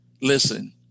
listen